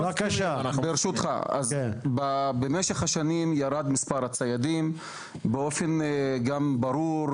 במשך השנים ירד מספר הציידים באופן ברור,